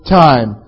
time